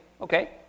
okay